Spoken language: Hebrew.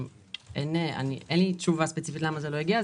אין לי תשובה ספציפית למה זה לא הגיע.